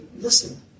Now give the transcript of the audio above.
listen